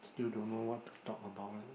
still don't know what to talk about